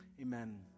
Amen